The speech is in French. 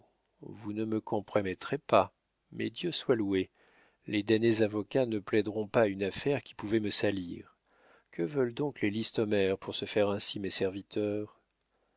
vous ne me compromettrez pas mais dieu soit loué les damnés avocats ne plaideront pas une affaire qui pouvait me salir que veulent donc les listomère pour se faire ainsi mes serviteurs